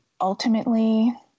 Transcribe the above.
ultimately